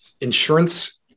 insurance